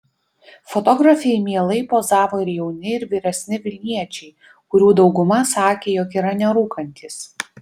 fotografei mielai pozavo ir jauni ir vyresni vilniečiai kurių dauguma sakė jog yra nerūkantys